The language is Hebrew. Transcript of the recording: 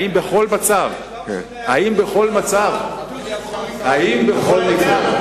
האם בכל מצב, זה לא משנה.